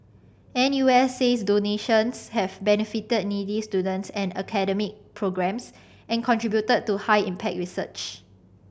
N U S says donations have benefited needy students and academic programmes and contributed to high impact research